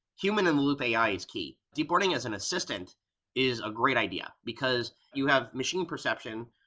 human-in-the-loop ai is key. deep learning as an assistant is a great idea, because you have machine perception,